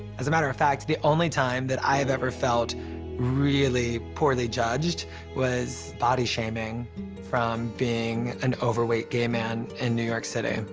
as a matter of fact, the only time that i've ever felt really poorly judged was body shaming from being an overweight gay man in new york city,